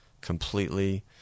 Completely